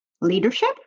leadership